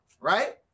right